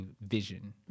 vision